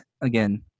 again